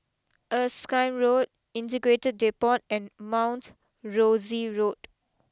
Erskine Road Integrated Depot and Mount Rosie Road